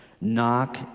Knock